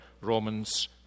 Romans